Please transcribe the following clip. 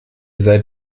seid